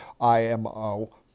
IMO